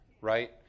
right